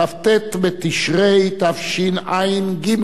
כ"ט בתשרי תשע"ג,